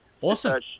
awesome